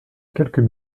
quelques